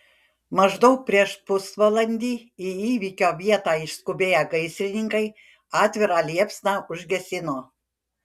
maždaug prieš pusvalandį į įvykio vietą išskubėję gaisrininkai atvirą liepsną užgesino